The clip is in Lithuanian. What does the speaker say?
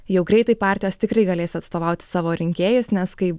jau greitai partijos tikrai galės atstovauti savo rinkėjus nes kai